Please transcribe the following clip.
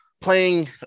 playing